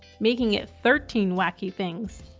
making it thirteen wacky things.